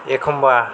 एखम्बा